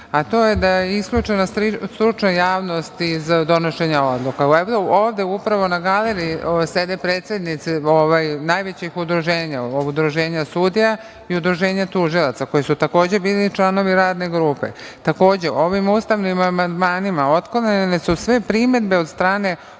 a to je da je isključena stručna javnost iz donošenja odluka. Ovde upravo na galeriji sede predsednici najvećih udruženja, Udruženja sudija i Udruženja tužilaca, koji su takođe bili članovi Radne grupe. Takođe, ovim ustavnim amandmanima otklonjene su sve primedbe od strane